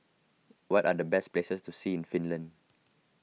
what are the best places to see in Finland